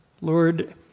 Lord